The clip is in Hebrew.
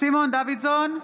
סימון דוידסון,